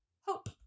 Hope